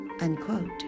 unquote